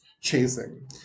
chasing